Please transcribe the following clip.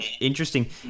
Interesting